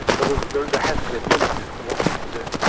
but there there has to be a limit to what we can do.